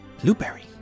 blueberry